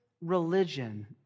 religion